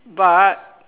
but